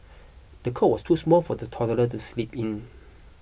the cot was too small for the toddler to sleep in